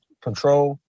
control